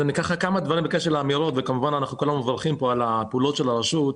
כמה דברים בקשר לאמירות וכמובן כולנו מברכים על פעולות הרשות.